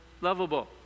lovable